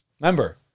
Remember